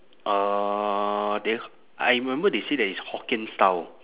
uhh they I remember they say that it's hokkien style